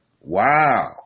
Wow